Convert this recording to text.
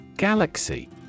Galaxy